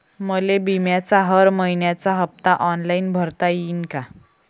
मले बिम्याचा हर मइन्याचा हप्ता ऑनलाईन भरता यीन का?